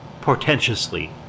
portentously